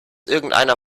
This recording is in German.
irgendeiner